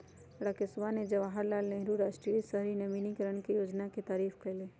राकेशवा ने जवाहर लाल नेहरू राष्ट्रीय शहरी नवीकरण योजना के तारीफ कईलय